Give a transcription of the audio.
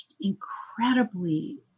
incredibly